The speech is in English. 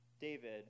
David